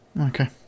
Okay